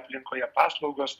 aplinkoje paslaugos